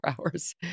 hours